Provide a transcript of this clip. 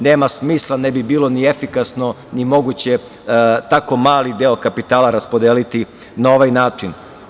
Nema smisla, ne bi bilo ni efikasno i moguće tako mali deo kapitala raspodeliti na ovaj način.